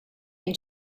and